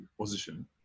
position